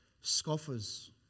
scoffers